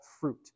fruit